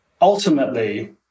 Ultimately